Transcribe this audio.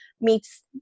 meets